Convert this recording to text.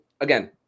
again